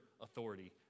authority